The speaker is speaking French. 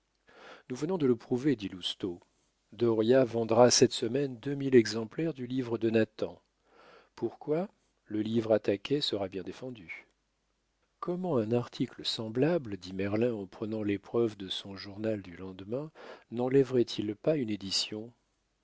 nous venons de le prouver dit lousteau dauriat vendra cette semaine deux mille exemplaires du livre de nathan pourquoi le livre attaqué sera bien défendu comment un article semblable dit merlin en prenant l'épreuve de son journal du lendemain nenlèverait il pas une édition